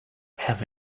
have